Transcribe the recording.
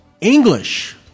English